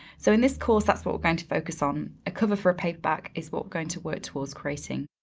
so in this course, that's what we're going to focus on. a cover for a paperback is what we're going to work towards towards creating.